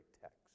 text